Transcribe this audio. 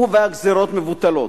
והגזירות מבוטלות.